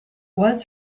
was